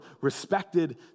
respected